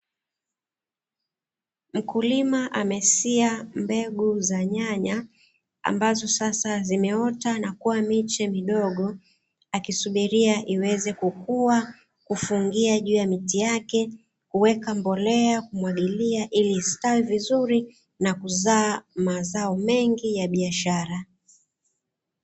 Mkulima amesiha mbegu za nyanya, ambazo sasa zimeota kuwa miche midogo, akisubiria iweze kukua, kufungia juu ya miti yake, kuweka mbolea, kumwagilia ili kustawi vizuri na kuzaa mazao mengi ya biashara.